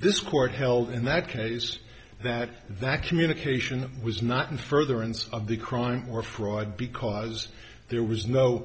this court held in that case that that communication was not in furtherance of the crime or fraud because there was no